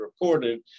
reported